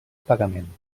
pagament